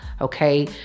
Okay